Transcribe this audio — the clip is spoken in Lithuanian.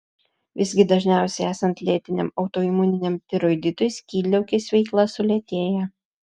visgi dažniausiai esant lėtiniam autoimuniniam tiroiditui skydliaukės veikla sulėtėja